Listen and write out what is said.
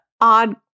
odd